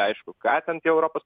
aišku ką ten tie europos